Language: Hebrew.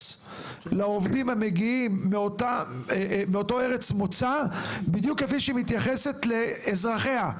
לעובדים המגיעים מאותה ארץ מוצא בדיוק כפי שהיא מתייחסת לאזרחיה.